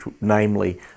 namely